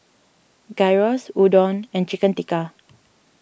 Gyros Udon and Chicken Tikka